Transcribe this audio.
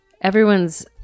everyone's